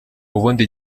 ubundi